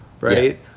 right